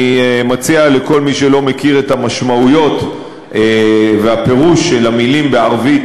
אני מציע לכל מי שלא מכיר את המשמעויות והפירוש של המילים בערבית,